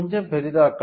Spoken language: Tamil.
கொஞ்சம் பெரிதாக்கலாம்